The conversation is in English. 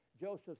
Joseph